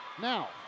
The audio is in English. Now